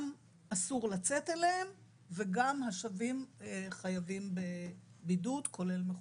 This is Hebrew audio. אסור לצאת אליהן וגם השבים חייבים בבידוד כולל מחוסנים.